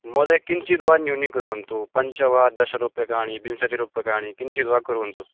महोदय किञ्चित् वा न्यूनीकुर्वन्तु पञ्च वा दशरूप्यकाणि विंशतिरूप्यकाणि किञ्चित् वा कुर्वन्तु